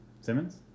Simmons